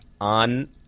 on